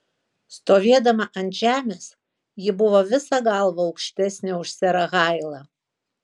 stovėdama ant žemės ji buvo visa galva aukštesnė už serą hailą